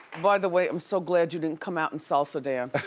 by the way, i'm so glad you didn't come out and salsa danced.